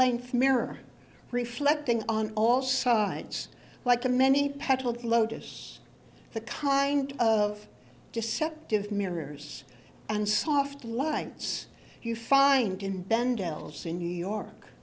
length mirror reflecting on all sides like the many petal lotus the kind of deceptive mirrors and soft lights you find in